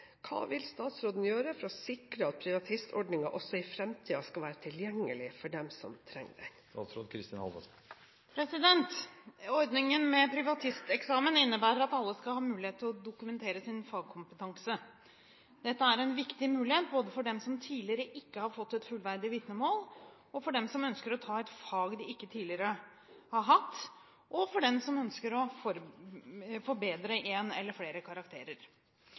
Hva vil statsråden gjøre for å sikre at privatistordningen også i fremtiden skal være tilgjengelig for dem som trenger det?» Ordningen med privatisteksamen innebærer at alle skal ha mulighet til å få dokumentert sin fagkompetanse. Dette er en viktig mulighet både for dem som tidligere ikke har fått et fullverdig vitnemål, for dem som ønsker å ta et fag de ikke har hatt tidligere, og for dem som ønsker å forbedre en eller flere karakterer.